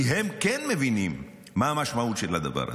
כי הם כן מבינים מה המשמעות של הדבר הזה,